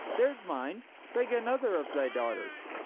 there's mine beg another of thy daughters.